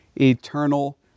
eternal